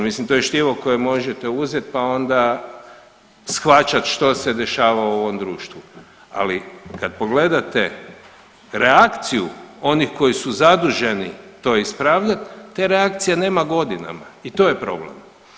Mislim to je štivo koje možete uzet pa onda shvaćat što se dešava u ovom društvu, ali kad pogledate reakciju onih koji su zaduženi to ispravljat, te reakcije nema godinama i to je problem.